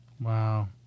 Wow